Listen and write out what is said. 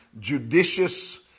judicious